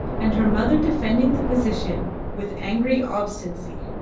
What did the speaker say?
and her mother defending the position with angry obstinacy.